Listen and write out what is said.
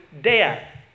death